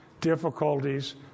difficulties